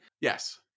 Yes